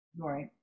right